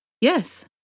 yes